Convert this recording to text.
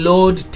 Lord